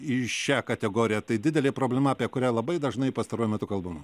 į šią kategoriją tai didelė problema apie kurią labai dažnai pastaruoju metu kalbama